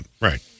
right